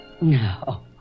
No